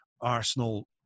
Arsenal